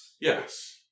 Yes